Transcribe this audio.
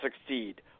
succeed